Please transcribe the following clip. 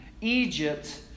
Egypt